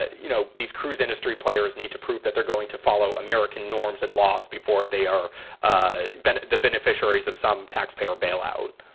you know, these cruise industry players need to prove that they're going to follow american norms and laws before they are ah the beneficiaries of some taxpayer bailout